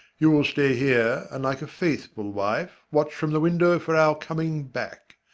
you will stay here, and like a faithful wife watch from the window for our coming back.